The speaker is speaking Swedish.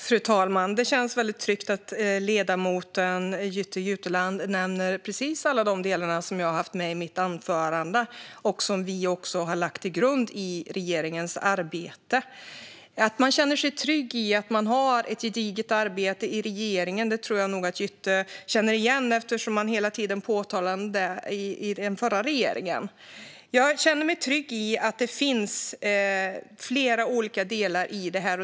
Fru talman! Det känns väldigt tryggt att ledamoten Jytte Guteland nämner precis alla de delar som jag hade med i mitt anförande och som vi har som grund i regeringens arbete. Att känna sig trygg med att det görs ett gediget arbete i regeringen tror jag nog att Jytte Guteland känner igen, eftersom detta hela tiden påtalades av den förra regeringen. Jag känner mig trygg med att det finns flera olika delar i det här.